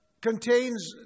contains